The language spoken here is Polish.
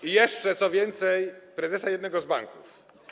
I jeszcze, co więcej, prezesa jednego z banków.